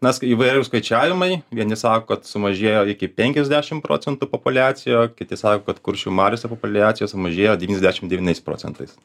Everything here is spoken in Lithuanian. mes k įvairūs skaičiavimai vieni sako kad sumažėjo iki penkiasdešim procentų populiacija kiti sako kad kuršių mariose populiacija sumažėjo devyniasdešim devyniais procentais